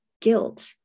guilt